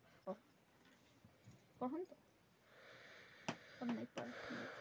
राजस्व विभाग आर्थिक अपराध के जांच भी करऽ हई